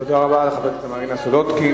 תודה רבה לחברת הכנסת מרינה סולודקין.